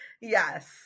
Yes